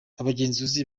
abagenzuzi